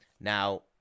Now